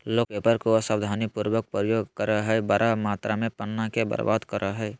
लोग पेपर के असावधानी पूर्वक प्रयोग करअ हई, बड़ा मात्रा में पन्ना के बर्बाद करअ हई